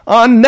on